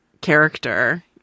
character